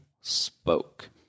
spoke